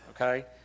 Okay